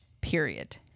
period